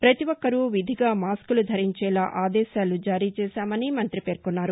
ప్రపతి ఒక్కరూ విధిగా మాస్కులు ధరించేలా ఆదేశాలు జారీ చేశామని మంతి పేర్కొన్నారు